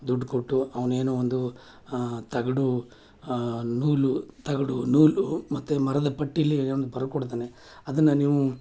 ದುಡ್ಡು ಕೊಟ್ಟು ಅವ್ನ ಏನೋ ಒಂದು ತಗಡು ನೂಲು ತಗಡು ನೂಲು ಮತ್ತು ಮರದ ಪಟ್ಟೀಲಿ ಅವ್ನು ಬರ್ಕೊಡ್ತಾನೆ ಅದನ್ನು ನೀವು